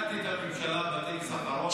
אני ייצגתי את הממשלה בטקס האחרון.